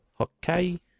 Okay